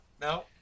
no